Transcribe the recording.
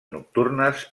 nocturnes